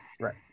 right